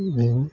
बेनो